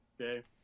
Okay